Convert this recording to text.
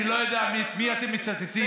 אני לא יודע את מי אתם מצטטים,